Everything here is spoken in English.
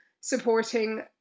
supporting